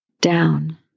down